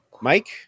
Mike